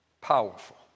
powerful